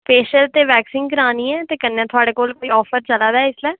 facial ते waxing करानी ऐ ते कन्ने थुआढ़े कोल कोई आफर चला दै इसलै